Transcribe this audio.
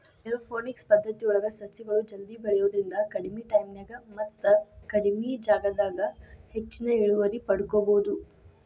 aeroponics ಪದ್ದತಿಯೊಳಗ ಸಸಿಗಳು ಜಲ್ದಿ ಬೆಳಿಯೋದ್ರಿಂದ ಕಡಿಮಿ ಟೈಮಿನ್ಯಾಗ ಮತ್ತ ಕಡಿಮಿ ಜಗದಾಗ ಹೆಚ್ಚಿನ ಇಳುವರಿ ಪಡ್ಕೋಬೋದು